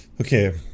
Okay